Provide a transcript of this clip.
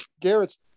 Garrett's